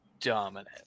dominant